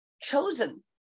chosen